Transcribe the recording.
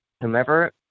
whomever